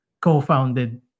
co-founded